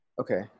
Okay